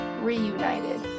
reunited